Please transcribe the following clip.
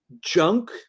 junk